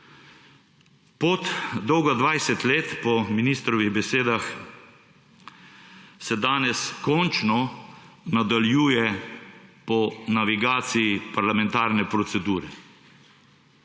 Pot, dolga 20 let po ministrovih besedah, se danes končno nadaljuje po navigaciji parlamentarne procedure.